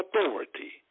authority